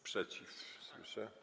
Sprzeciw słyszę.